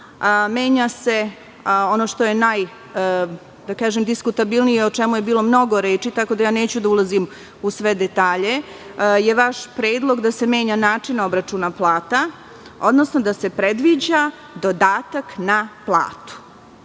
Menja se, ono što je najdiskutabilnije, o čemu je bilo mnogo reči, tako da neću da ulazim u sve detalje, je vaš predlog da se menja način obračuna plata, odnosno da se predviđa dodatak na